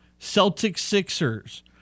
Celtics-Sixers